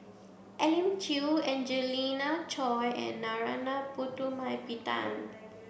Elim Chew Angelina Choy and Narana Putumaippittan